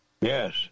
Yes